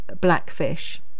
Blackfish